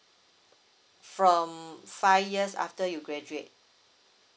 from five years after you graduate